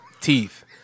teeth